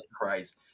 Christ